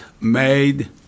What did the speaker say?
made